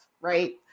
right